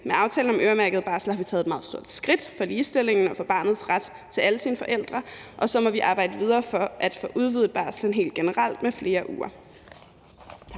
Med aftalen om øremærket barsel har vi taget et meget stort skridt for ligestillingen og for barnets ret til begge sine forældre, og så må vi arbejde videre for at få udvidet barslen helt generelt med flere uger.